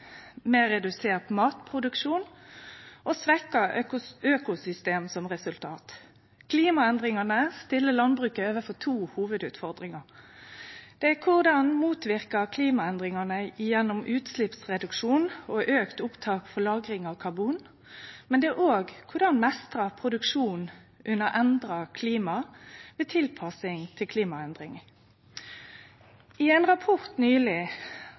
med redusert matproduksjon og svekt økosystem som resultat. Klimaendringane stiller landbruket overfor to hovudutfordringar: Det er korleis ein kan motverke klimaendringane gjennom utsleppsreduksjon og auka opptak frå lagring av karbon, men òg korleis ein kan mestre produksjonen under endra klima, med tilpassing til klimaendring. I ein rapport